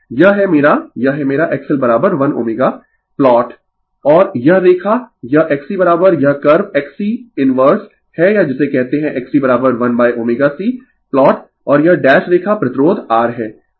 यह है मेरा यह है मेरा XLl ω प्लॉट और यह रेखा यह XC यह कर्व XC इनवर्स है या जिसे कहते है XC1ωC प्लॉट और यह डैश रेखा प्रतिरोध R है